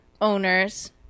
owners